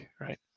right